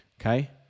okay